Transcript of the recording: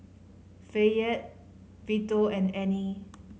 Fayette Vito and Annie